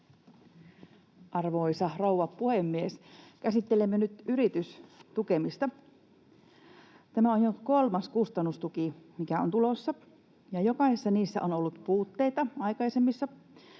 Arvoisa rouva puhemies! Käsittelemme nyt yritysten tukemista. Tämä on jo kolmas kustannustuki, mikä on tulossa, ja jokaisessa aikaisemmassa